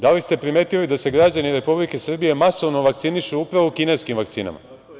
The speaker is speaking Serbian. Da li ste primetili da se građani Republike Srbije masovno vakcinišu upravo kineskim vakcinama?